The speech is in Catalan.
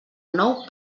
nou